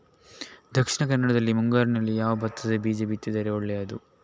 ದಕ್ಷಿಣ ಕನ್ನಡದಲ್ಲಿ ಮುಂಗಾರಿನಲ್ಲಿ ಯಾವ ಭತ್ತದ ಬೀಜ ಬಿತ್ತಿದರೆ ಒಳ್ಳೆಯದು?